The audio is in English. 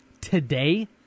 today